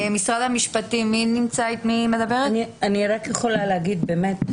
אני רק יכולה להגיד,